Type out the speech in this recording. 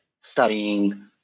studying